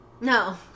No